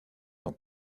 dans